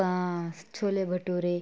chole ಬಟೋರೆ